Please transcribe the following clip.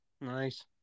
nice